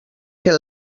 que